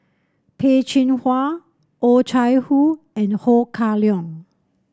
Peh Chin Hua Oh Chai Hoo and Ho Kah Leong